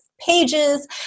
pages